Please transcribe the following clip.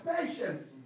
patience